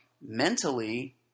mentally